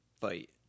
fight